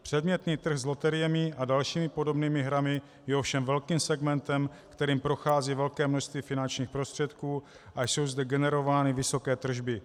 Předmětný trh s loteriemi a dalšími podobnými hrami je ovšem velkým segmentem, kterým prochází velké množství finančních prostředků a jsou zde generovány vysoké tržby.